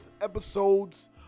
episodes